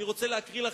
אני רוצה להקריא לכם,